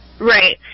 Right